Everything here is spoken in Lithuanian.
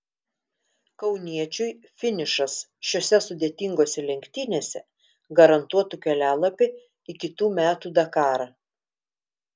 kauniečiui finišas šiose sudėtingose lenktynėse garantuotų kelialapį į kitų metų dakarą